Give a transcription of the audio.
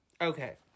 Okay